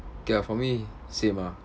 okay ah for me same ah